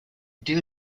due